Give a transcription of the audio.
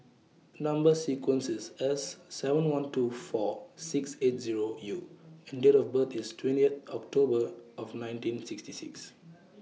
Number sequence IS S seven one two four six eight Zero U and Date of birth IS twentieth October of nineteen sixty six